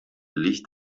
licht